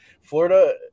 Florida